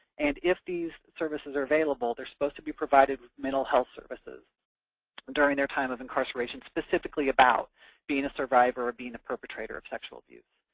and if these services are available, they're supposed to be provided with mental health services during their time of incarceration, specifically about being a survivor or being a perpetrator of sexual abuse.